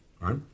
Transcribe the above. right